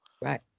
right